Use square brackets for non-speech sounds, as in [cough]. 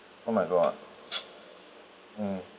oh my god [noise] mm